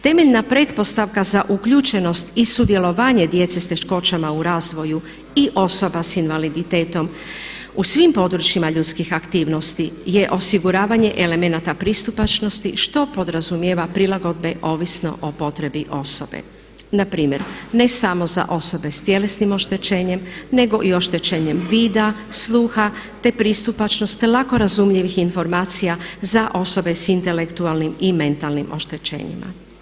Temeljna pretpostavka za uključenost i sudjelovanje djece s teškoćama u razvoju i osoba s invaliditetom u svim područjima ljudskih aktivnosti je osiguravanje elemenata pristupačnosti što podrazumijeva prilagodbe ovisno o potrebi osobe npr. ne samo za osobe s tjelesnim oštećenjem nego i oštećenjem vida, sluha te pristupačnost lako razumljivih informacija za osobe s intelektualnim i mentalnim oštećenjima.